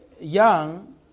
Young